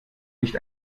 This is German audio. nicht